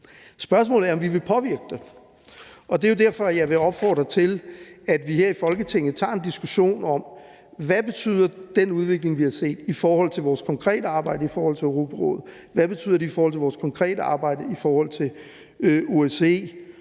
Spørgsmålet er, om vi vil påvirke det, og det er jo derfor, jeg vil opfordre til, at vi her i Folketinget tager en diskussion om, hvad den udvikling, vi har set, betyder i forhold til vores konkrete arbejde i forhold til Europarådet. Hvad betyder det i forhold til vores konkrete arbejde i forhold til OSCE,